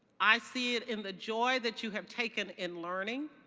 i see it in the joy that you have taken in learning